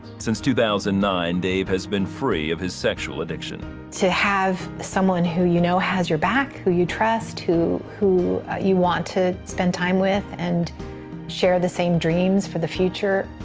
since two thousand and nine dave has been free of his sexual addiction. to have someone who you know has your back, who you trust, who who you want to spend time with and share the same dreams for the future,